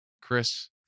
Chris